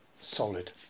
solid